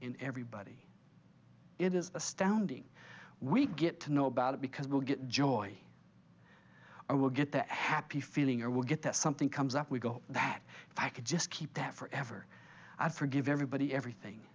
in everybody it is astounding we get to know about it because we'll get joy i will get that happy feeling or we'll get that something comes up we go that if i could just keep that forever i forgive everybody everything